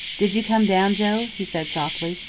did you come down, joe? he said softly.